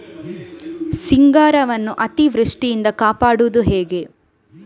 ಸಿಂಗಾರವನ್ನು ಅತೀವೃಷ್ಟಿಯಿಂದ ಕಾಪಾಡುವುದು ಹೇಗೆ?